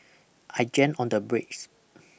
I jammed on the brakes